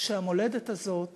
שהמולדת הזאת